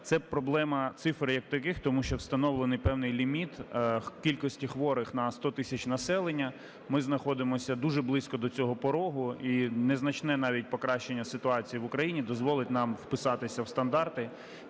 це проблема цифр як таких, тому що встановлений певний ліміт кількості хворих на 100 тисяч населення. Ми знаходимося дуже близько до цього порогу. І незначне навіть покращення ситуації в Україні дозволить нам вписатися в стандарти